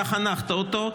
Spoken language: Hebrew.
אתה חנכת אותו,